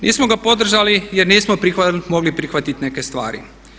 Nismo ga podržali jer nismo mogli prihvatiti neke stvari.